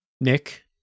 Nick